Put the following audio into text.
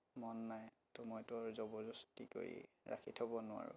মন নাই ত' মইতো আৰু জবৰদস্তি কৰি ৰাখি থ'ব নোৱাৰোঁ